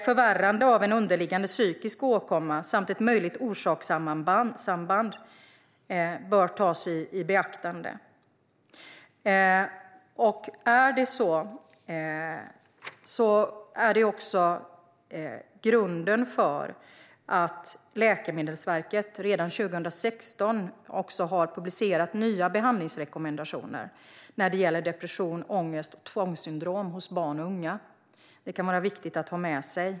Förvärrande av en underliggande psykisk åkomma samt ett möjligt orsakssamband bör tas i beaktande. Det är också grunden för att Läkemedelsverket redan 2016 har publicerat nya behandlingsrekommendationer när det gäller depression, ångest och tvångssyndrom hos barn och unga. Det kan vara viktigt att ha med sig.